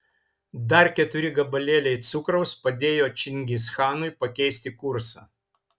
dar keturi gabalėliai cukraus padėjo čingischanui pakeisti kursą